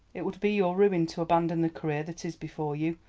it would be your ruin to abandon the career that is before you.